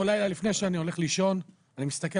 כל לילה לפני שאני הולך לישון אני מסתכל